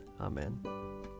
Amen